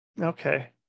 okay